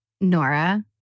Nora